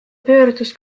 pöördus